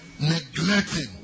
neglecting